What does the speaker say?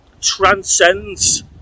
transcends